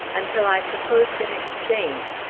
until i proposed an exchange,